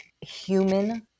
human